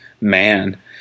man